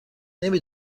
نمی